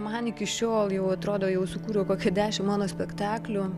man iki šiol jau atrodo jau sukūriau kokią dešimt mono spektaklių